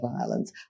violence